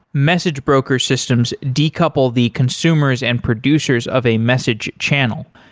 message broker systems decouple the consumers and producers of a message channel.